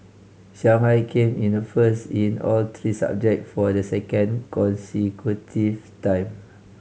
Shanghai came in first in all three subject for the second consecutive time